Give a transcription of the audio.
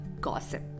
Gossip